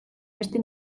beste